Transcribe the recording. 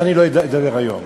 שאני לא אדבר היום?